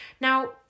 Now